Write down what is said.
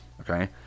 okay